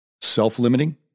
Self-limiting